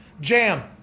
jam